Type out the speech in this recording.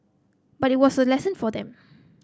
but it was a lesson for them